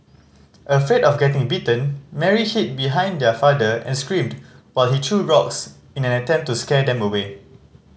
afraid of getting bitten Mary hid behind their father and screamed while he threw rocks in an attempt to scare them away